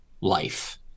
life